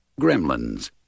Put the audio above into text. Gremlins